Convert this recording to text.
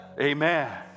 Amen